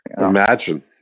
Imagine